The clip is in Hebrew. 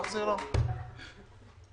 אנחנו תומכים בבקשה הזאת.